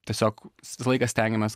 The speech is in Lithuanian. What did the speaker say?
tiesiog visą laiką stengiamės